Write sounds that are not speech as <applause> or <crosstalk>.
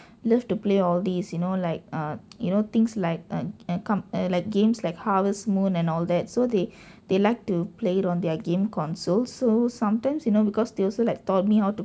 love to play all these you know like err <noise> you know things like uh uh com~ uh like games like Harvest Moon and all that so they they like to play it on their game console so sometimes you know because they also like taught me how to